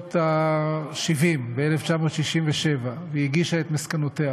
בשנות ה-70, ב-1967, והיא הגישה את מסקנותיה,